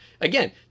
Again